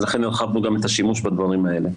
אז לכן הרחבנו גם את השימוש בדברים האלה.